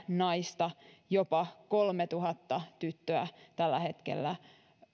ja naista jopa kolmetuhatta tyttöä tällä hetkellä